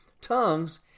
tongues